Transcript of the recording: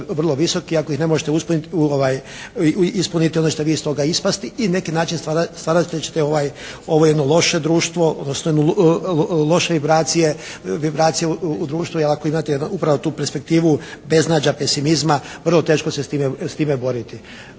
vrlo visoki. Ako ih ne možete ispuniti onda ćete vi iz toga ispasti i na neki način stvarat ćete jedno loše društvo odnosno loše vibracije u društvu ako imate upravo tu perspektivu beznađa, pesimizma, vrlo teško se s time boriti.